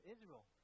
Israel